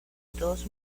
todos